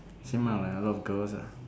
seem like will have a lot of girls ah